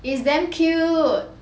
it's damn cute